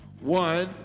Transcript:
One